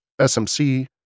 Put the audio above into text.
SMC